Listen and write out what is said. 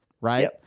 right